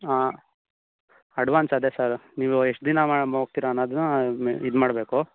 ಹಾಂ ಅಡ್ವಾನ್ಸ್ ಅದೇ ಸರ್ ನೀವು ಎಷ್ಟು ದಿನ ಮಾ ಹೋಗ್ತೀರ ಅನ್ನೋದನ್ನ ಇದು ಮಾಡಬೇಕು